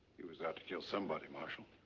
he was out to kill somebody, marshal.